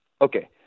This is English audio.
Okay